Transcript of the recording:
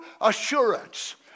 assurance